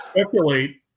speculate